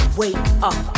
wake-up